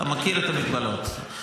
אתה מכיר את המגבלות,